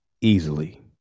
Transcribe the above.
easily